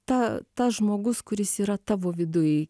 tą tas žmogus kuris yra tavo viduj